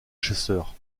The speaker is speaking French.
chasseur